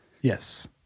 Yes